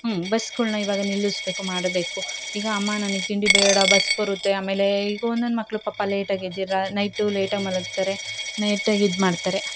ಹ್ಞೂ ಬಸ್ಗಳ್ನ ಇವಾಗ ನಿಲ್ಲಿಸ್ಬೇಕು ಮಾಡಬೇಕು ಈಗ ಅಮ್ಮ ನನಗ್ ತಿಂಡಿ ಬೇಡ ಬಸ್ ಬರುತ್ತೆ ಆಮೇಲೆ ಈಗ ಒಂದೊಂದು ಮಕ್ಳು ಪಾಪ ಲೇಟಾಗಿ ಎದ್ದಿರೋ ನೈಟು ಲೇಟಾಗಿ ಮಲಗ್ತಾರೆ ನೈಟಗೆ ಇದು ಮಾಡ್ತಾರೆ